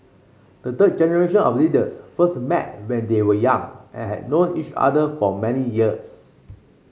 the third generation of leaders first met when they were young and had known each other for many years